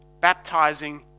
baptizing